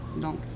Donc